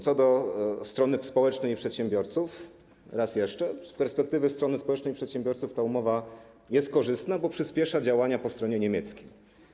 Co do strony społecznej i przedsiębiorców, to, raz jeszcze, z perspektywy strony społecznej, przedsiębiorców ta umowa jest korzystna, bo przyspiesza działania po stronie niemieckiej.